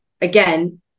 again